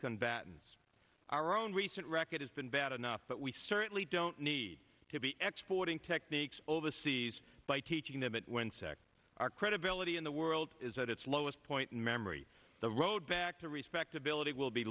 combatants our own recent record has been bad enough but we certainly don't need to be exporting techniques overseas by teaching them that when second our credibility in the world is at its lowest point in memory the road back to respectability will be